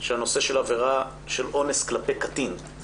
שהנושא של עבירה של אונס כלפי קטין גם צריכה להיכלל.